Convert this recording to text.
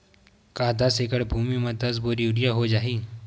का दस एकड़ भुमि में दस बोरी यूरिया हो जाही?